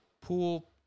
pool